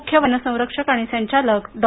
मुख्य वन संरक्षक आणि संचालक डॉ